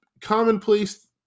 Commonplace